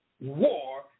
War